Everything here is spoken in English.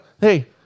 hey